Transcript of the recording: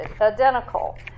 identical